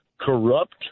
corrupt